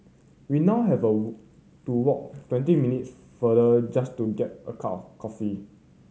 we now have a to walk twenty minutes farther just to get a cup of coffee